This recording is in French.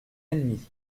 ennemie